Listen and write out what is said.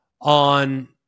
on